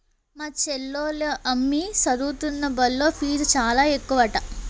మా చెల్లోల అమ్మి సదువుతున్న బల్లో ఫీజు చాలా ఎక్కువట